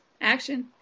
action